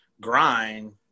grind